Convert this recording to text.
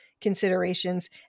considerations